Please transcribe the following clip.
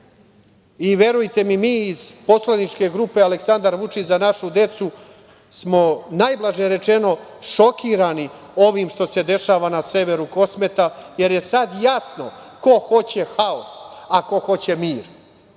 Srbin. Verujte mi, mi iz poslaničke grupe Aleksandar Vučić – Za našu decu, smo najblaže rečeno šokirani ovim što se dešava na severu Kosova, jer je sada jasno ko hoće haos, a ko hoće mir.